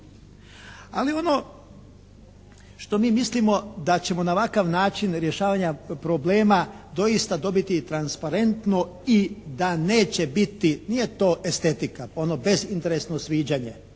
Ali ono što mi mislimo da ćemo na ovakav način rješavanja problema doista dobiti transparentno i da neće biti, nije to estetika, ono bezinteresno sviđanje,